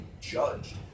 judged